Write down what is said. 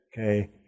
okay